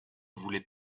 voulait